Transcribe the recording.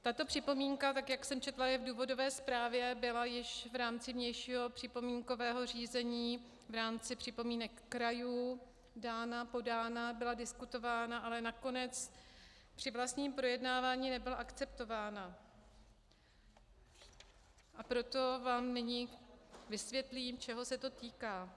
Tato připomínka, tak jak jsem četla, je v důvodové zprávě, byla již v rámci vnějšího připomínkového řízení, v rámci připomínek krajů dána, podána, byla diskutována, ale nakonec při vlastním projednávání nebyla akceptována, a proto vám nyní vysvětlím, čeho se to týká.